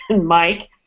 Mike